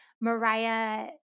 Mariah